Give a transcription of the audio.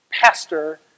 pastor